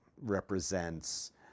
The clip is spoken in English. represents